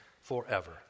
forever